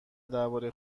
درباره